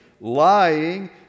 lying